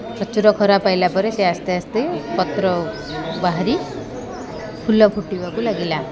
ପ୍ରଚୁର ଖରାପ ପାଇଲା ପରେ ସେ ଆସ୍ତେ ଆସ୍ତେ ପତ୍ର ବାହାରି ଫୁଲ ଫୁଟିବାକୁ ଲାଗିଲା